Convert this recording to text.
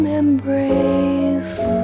embrace